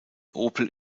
opel